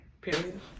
Period